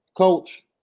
Coach